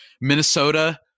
Minnesota